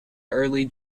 early